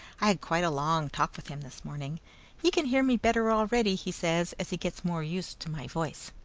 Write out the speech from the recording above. i had quite a long talk with him this morning he can hear me better already, he says, as he gets more used to my voice.